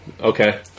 Okay